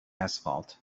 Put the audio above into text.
asphalt